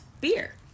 beer